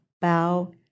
bow